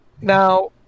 Now